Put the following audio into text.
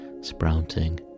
sprouting